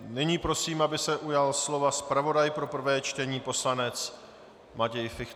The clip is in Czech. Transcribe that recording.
Nyní prosím, aby se ujal slova zpravodaj pro prvé čtení poslanec Matěj Fichtner.